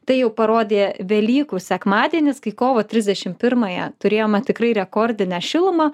tai jau parodė velykų sekmadienis kai kovo trisdešimt pirmąją turėjome tikrai rekordinę šilumą